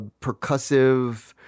percussive